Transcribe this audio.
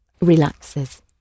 Relaxes